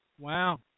Wow